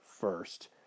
first